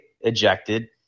ejected